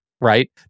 right